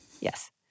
Yes